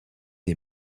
des